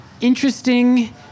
interesting